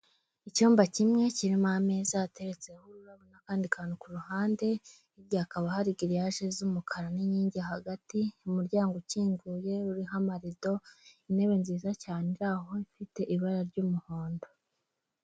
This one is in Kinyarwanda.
Icyumba kimwe kirimo ameza ateretseho ururabo n'akandi kantu k'uruhande, hirya hakaba hari giriyaje z'umukara n'inkingi hagati umuryango ukinguye ruriho amarido intebe nziza cyane iri aho ifite ibara ry'umuhondo.